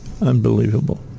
unbelievable